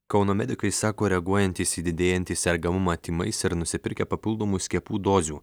kauno medikai sako reaguojantys į didėjantį sergamumą tymais ir nusipirkę papildomų skiepų dozių